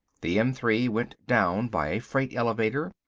the m three went down by a freight elevator.